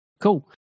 cool